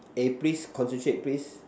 eh please concentrate please